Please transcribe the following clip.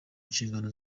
inshingano